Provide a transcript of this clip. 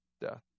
death